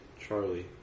Charlie